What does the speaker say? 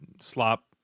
slop